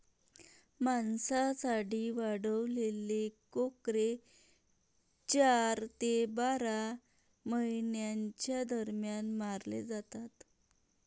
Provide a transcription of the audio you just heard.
मांसासाठी वाढवलेले कोकरे चार ते बारा महिन्यांच्या दरम्यान मारले जातात